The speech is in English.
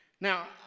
Now